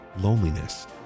loneliness